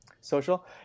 Social